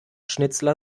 schnitzler